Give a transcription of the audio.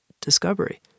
discovery